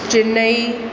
Chennai